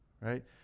right